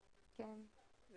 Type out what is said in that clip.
פריט 40,